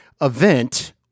event